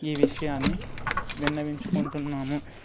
ఈ విషయాన్ని విన్నవించుకుంటున్నాము